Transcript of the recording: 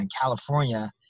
California